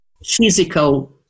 physical